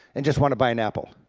and just want to buy an apple.